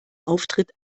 auftritt